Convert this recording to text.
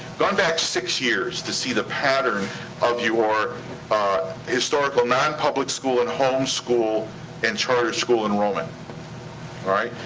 gone back six years to see the pattern of your ah historical non-public school and homeschool and charter school enrollment, all right?